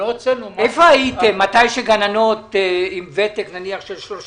איפה הייתם מתי גננות עם ותק נניח של 30